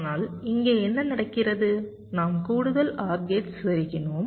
ஆனால் இங்கே என்ன நடக்கிறது நாம் கூடுதல் OR கேட் செருகினோம்